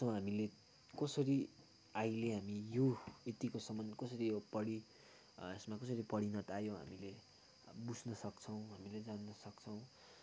so हामीले कसरी अहिले हामी यो यतिकोसम्म कसरी परी यसमा कसरी परिणत आयो हामीले बुझ्न सक्छौँ हामीले जान्न सक्छौँ